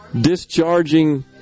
discharging